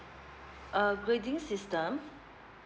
uh grading system